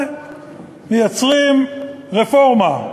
ומייצרים רפורמה.